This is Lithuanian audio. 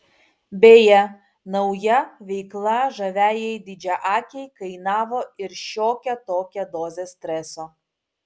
beje nauja veikla žaviajai didžiaakei kainavo ir šiokią tokią dozę streso